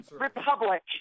Republic